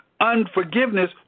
Unforgiveness